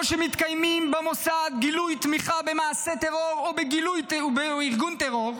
שמתקיימים במוסד גילויי תמיכה במעשה טרור או בארגון טרור,